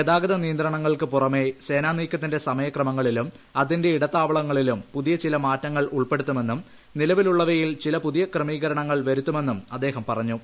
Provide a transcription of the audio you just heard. ഗതാഗത നിയന്ത്രണങ്ങൾക്ക് പുറമേ സേനാ നീക്കത്തിന്റെ സമയക്രമങ്ങളിലും അ്തിന്റെ ഇടത്താവളങ്ങളിലും പുതിയ ചില മാറ്റങ്ങൾ ഉൾപ്പെടുത്തുമെന്നും നിലവിലുള്ളവയിൽ പുതിയ ചില ക്രമീകരണങ്ങൾ വരുത്തുമെന്നും അദ്ദേഹം പറഞ്ഞു